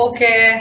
Okay